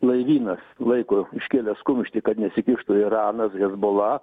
laivynas laiko iškėlęs kumštį kad nesikištų iranas hezbola